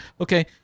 Okay